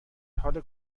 حال